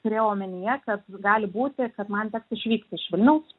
turėjau omenyje kad gali būti kad man teks išvykti iš vilniaus